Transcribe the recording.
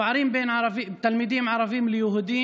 נתונים על הפערים בין תלמידים ערבים ליהודים: